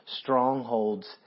strongholds